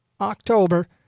October